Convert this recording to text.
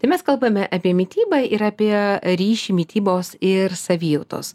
tai mes kalbame apie mitybą ir apie ryšį mitybos ir savijautos